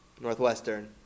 Northwestern